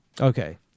Okay